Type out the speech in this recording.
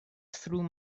through